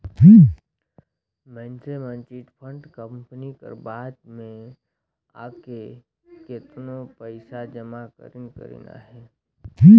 मइनसे मन chit fund company कर बात में आएके केतनो पइसा जमा करिन करिन अहें